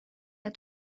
ett